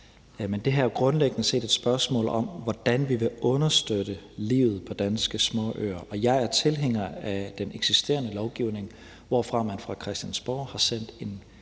Men det her er jo grundlæggende set et spørgsmål om, hvordan vi vil understøtte livet på danske småøer, og jeg er tilhænger af den eksisterende lovgivning, hvorefter man fra Christiansborg har sendt en